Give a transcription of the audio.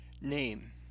name